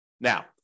Now